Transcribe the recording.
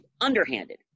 underhanded